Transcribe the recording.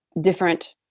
different